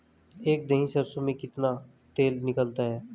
एक दही सरसों में कितना तेल निकलता है?